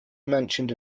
mentioned